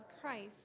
Christ